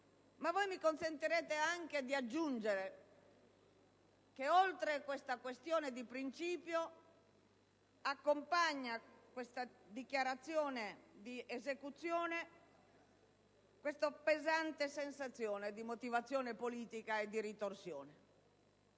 Ma voi mi consentirete anche di aggiungere che, oltre a tale questione di principio, accompagna questa dichiarazione di esecuzione la pesante sensazione di motivazione politica e di ritorsione.